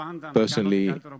Personally